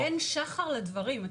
אין שחר לדברים.